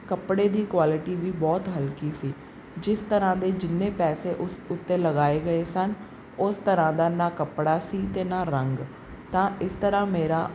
ਕੱਪੜੇ ਦੀ ਕੁਆਲਿਟੀ ਵੀ ਬਹੁਤ ਹਲਕੀ ਸੀ ਜਿਸ ਤਰ੍ਹਾਂ ਦੇ ਜਿੰਨੇ ਪੈਸੇ ਉਸ ਉੱਤੇ ਲਗਾਏ ਗਏ ਸਨ ਉਸ ਤਰ੍ਹਾਂ ਦਾ ਨਾ ਕੱਪੜਾ ਸੀ ਅਤੇ ਨਾ ਰੰਗ ਤਾਂ ਇਸ ਤਰ੍ਹਾਂ ਮੇਰਾ